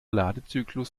ladezyklus